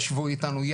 ישבו איתנו,